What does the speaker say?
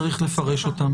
צריך לפרש אותם.